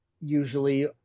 usually